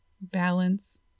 balance